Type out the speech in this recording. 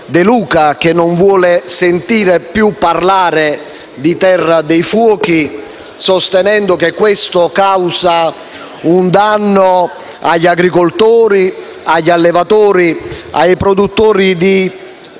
De Luca, che non vuole più sentir parlare di terra dei fuochi, sostenendo che questo causa un danno agli agricoltori, agli allevatori, ai produttori di